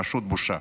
פשוט בושה.